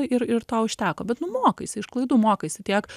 ir ir to užteko bet nu mokaisi iš klaidų mokaisi tiek